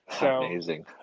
Amazing